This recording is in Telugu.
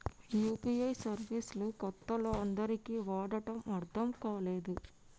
యూ.పీ.ఐ సర్వీస్ లు కొత్తలో అందరికీ వాడటం అర్థం కాలేదు